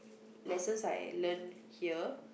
lessons I learn here